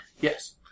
Yes